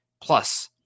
plus